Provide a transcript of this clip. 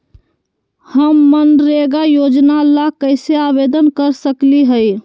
हम मनरेगा योजना ला कैसे आवेदन कर सकली हई?